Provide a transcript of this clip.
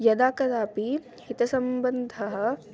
यदा कदापि हितसम्बन्धः